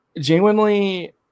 genuinely